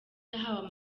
yahawe